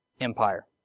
Empire